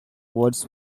words